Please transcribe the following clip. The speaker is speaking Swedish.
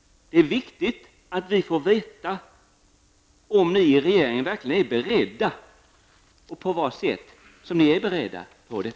Den är viktigt att vi får veta om ni i regeringen verkligen är beredda och på vilket sätt.